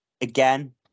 again